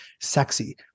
sexy